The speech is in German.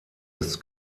ist